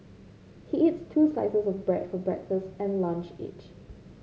he eats two slices of bread for breakfast and lunch each